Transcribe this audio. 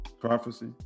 prophecy